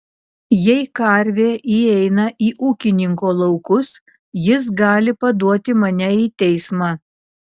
jei karvė įeina į ūkininko laukus jis gali paduoti mane į teismą